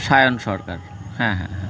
সায়ন সরকার হ্যাঁ হ্যাঁ হ্যাঁ